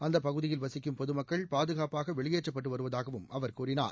அந்த பகுதியில் வசிக்கும் பொதுமக்கள் பாதுகாப்பாக வெளியேற்றப்பட்டு வருவதாக அவா கூறினார்